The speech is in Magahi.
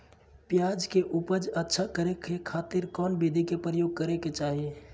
प्याज के उपज अच्छा करे खातिर कौन विधि के प्रयोग करे के चाही?